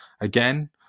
again